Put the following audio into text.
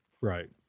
Right